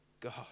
God